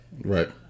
right